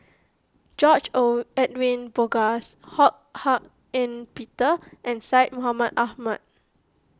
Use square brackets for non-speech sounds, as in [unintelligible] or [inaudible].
George [unintelligible] Edwin Bogaars Ho Hak Ean Peter and Syed Mohamed Ahmed